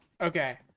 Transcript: Okay